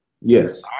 Yes